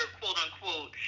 quote-unquote